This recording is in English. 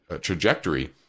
trajectory